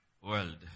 world